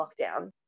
lockdown